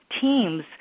teams